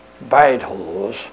battles